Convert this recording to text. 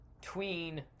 tween